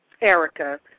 Erica